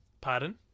Pardon